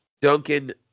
Duncan